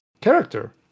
character